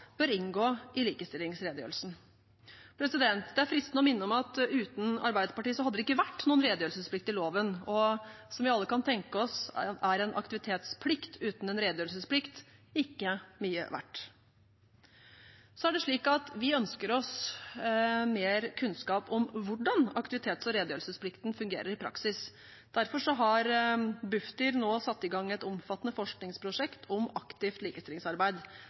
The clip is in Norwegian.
bør inngå i likestillingsredegjørelsen Det er fristende å minne om at uten Arbeiderpartiet hadde det ikke vært noen redegjørelsesplikt i loven, og som vi alle kan tenke oss, er en aktivitetsplikt uten redegjørelsesplikt ikke mye verdt. Så er det slik at vi ønsker oss mer kunnskap om hvordan aktivitets- og redegjørelsesplikten fungerer i praksis. Derfor har Bufdir nå satt i gang et omfattende forskningsprosjekt om aktivt likestillingsarbeid.